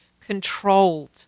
controlled